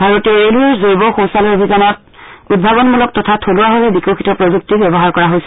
ভাৰতীয় ৰেলৱেৰ জৈৱ শৌচালয় অভিযানত উদ্ভাৱনমূলক তথা থলুৱাভাৱে বিকশিত প্ৰযুক্তি ব্যৱহাৰ কৰা হৈছে